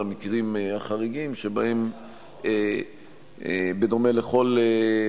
בגין טובין שמיובאים על-ידם לארץ.